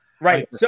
right